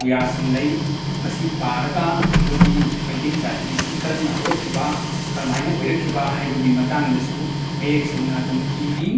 ꯄꯨꯌꯥꯁꯤꯡ ꯂꯩ ꯃꯁꯤ ꯄꯥꯔꯒ ꯑꯩꯈꯣꯏꯒꯤ ꯃꯩꯇꯩ ꯖꯥꯇꯤꯁꯤ ꯀꯔꯝꯅ ꯍꯧꯔꯛꯈꯤꯕ ꯀꯔꯝꯍꯥꯏꯅ ꯑꯣꯏꯔꯛꯈꯤꯕ ꯍꯥꯏꯕꯒꯤ ꯃꯇꯥꯡꯗꯁꯨ ꯃꯌꯦꯛ ꯁꯦꯡꯅ ꯑꯗꯨꯝ ꯏꯔꯤ